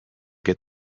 get